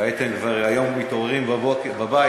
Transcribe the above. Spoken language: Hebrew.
והייתם מתעוררים היום בבית,